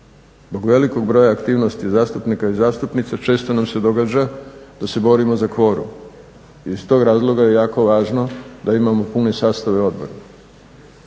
zbog velikog broja aktivnosti zastupnika i zastupnice često nam se događa da se borimo za kvorum. Iz tog razloga je jako važno da imamo puni sastave odbora.